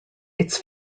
its